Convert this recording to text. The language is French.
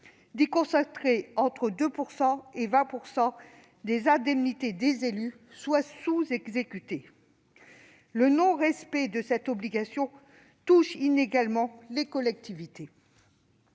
d'y consacrer entre 2 % et 20 % des indemnités des élus, soit sous-exécuté. Le non-respect de cette obligation touche inégalement les collectivités.